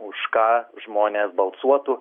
už ką žmonės balsuotų